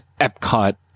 Epcot